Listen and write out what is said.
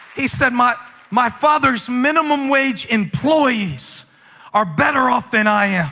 he said, my my father's minimum-wage employees are better off than i am.